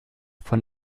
von